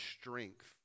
strength